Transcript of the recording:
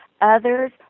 Others